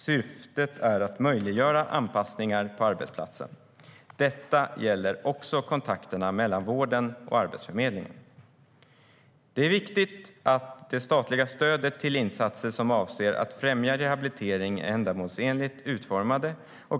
Syftet är att möjliggöra anpassningar på arbetsplatsen. Detta gäller också kontakterna mellan vården och Arbetsförmedlingen.Det är viktigt att det statliga stödet till insatser som avser att främja rehabilitering är ändamålsenligt utformat.